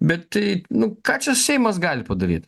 bet tai nu ką čia seimas gali padaryti